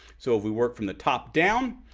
so if we work from the top down,